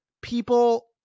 people